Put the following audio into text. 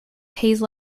haze